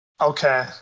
Okay